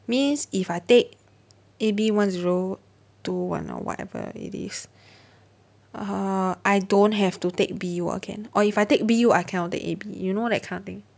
means if I take A_B one zero two one or whatever it is uh I don't have to take B_U again or if I take B_U I cannot take A_B you know that kind of thing